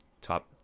top